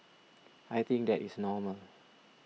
I think that is normal